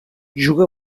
juga